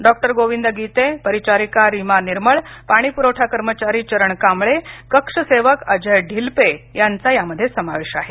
doctor Govind Gite परिचारिका रीमा निर्मळ पाणीपुरवठा कर्मचारी चरण कांबळे कक्षसेवक अजय ढिलपे यांचा यात समावेश आहे